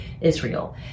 Israel